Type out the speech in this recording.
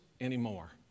anymore